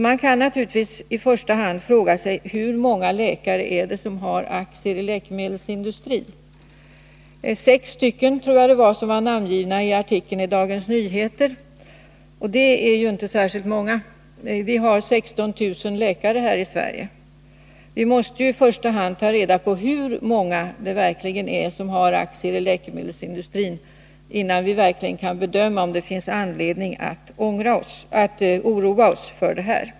Man kan naturligtvis i första hand fråga sig hur många läkare som har aktier i läkemedelsindustrin. Jag tror att sex läkare var namngivna i Dagens Nyheters artikel, och det är ju inte särskilt många, eftersom vi har 16 000 läkare här i Sverige. I första hand måste vi ta reda på hur många det verkligen är som har aktier i läkemedelsindustrin, innan vi verkligen kan bedöma, om det finns anledning att oroa sig.